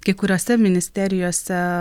kai kuriose ministerijose